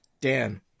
Dan